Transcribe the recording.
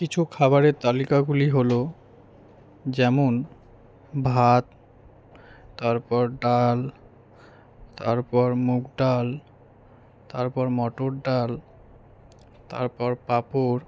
কিছু খাবারের তালিকাগুলি হলো যেমন ভাত তারপর ডাল তারপর মুগ ডাল তারপর মটর ডাল তারপর পাপড়